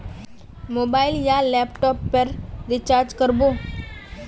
Mobile या laptop पेर recharge कर बो?